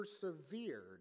persevered